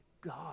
God